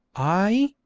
i